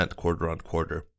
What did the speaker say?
quarter-on-quarter